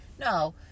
No